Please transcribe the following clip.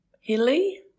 hilly